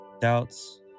doubts